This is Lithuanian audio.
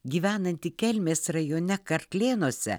gyvenanti kelmės rajone karklėnuose